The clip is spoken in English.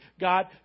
God